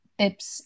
tips